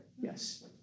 Yes